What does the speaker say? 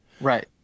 right